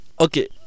Okay